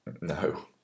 No